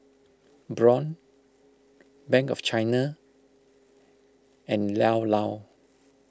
Braun Bank of China and Llao Llao